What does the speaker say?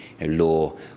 law